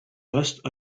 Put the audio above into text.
best